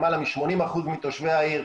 למעלה מ-80% מתושבי העיר,